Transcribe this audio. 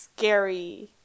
scary